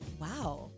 Wow